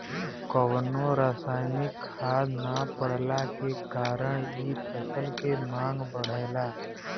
कवनो रासायनिक खाद ना पड़ला के कारण इ फसल के मांग बढ़ला